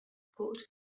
called